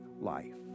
life